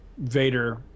vader